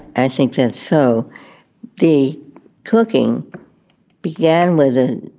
i think and so the cooking began with the.